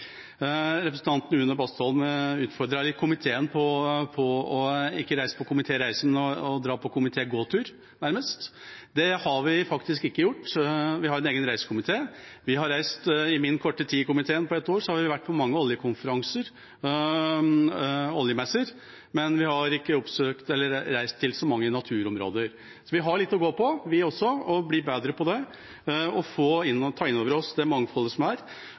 Representanten Une Bastholm utfordret komiteen litt på å ikke reise på komitéreiser, men nærmest å dra på komitégåtur. Det har vi faktisk ikke gjort. Vi har en egen reisekomité. Vi har i min korte tid i komiteen, på ett år, vært på mange oljekonferanser og oljemesser, men vi har ikke reist til så mange naturområder. Så vi også har litt å gå på, vi også, og vi kan bli bedre på dette og ta inn over oss det mangfoldet som er.